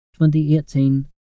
2018